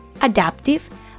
adaptive